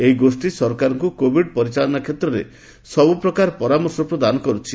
ଏହି ଗୋଷ୍ଠୀ ସରକାରଙ୍କୁ କୋଭିଡ୍ ପରିଚାଳନା କ୍ଷେତ୍ରରେ ସବୁପ୍ରକାର ପରାମର୍ଶ ପ୍ରଦାନ କରୁଛି